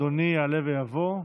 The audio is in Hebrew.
אדוני יעלה ויבוא,